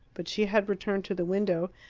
but she had returned to the window,